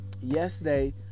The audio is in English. Yesterday